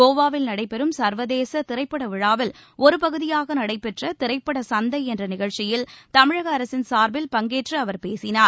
கோவாவில் நடைபெறும் சர்வதேச திரைப்பட விழாவில் ஒரு பகுதியாக நடைபெற்ற திரைப்பட சந்தை என்ற நிகழ்ச்சியில் தமிழக அரசின் சார்பில் பங்கேற்று அவர் பேசினார்